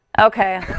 Okay